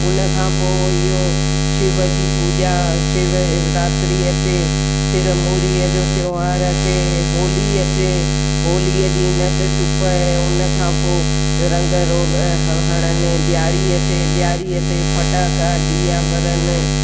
उन खां पोइ इहो शिव जी पूॼा शिवरात्री अचे तिरमूरीअ जो त्योहारु अचे होली अचे होलीअ ॾींहुं नच टिप उन खां पोइ रंगु रोग हणनि ॾियारी अचे ॾियारीअ ते फटाका ॾीआ ॿरनि